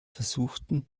versuchten